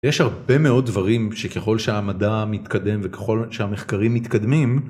יש הרבה מאוד דברים שככל שהמדע מתקדם וככל שהמחקרים מתקדמים